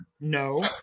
No